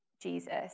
Jesus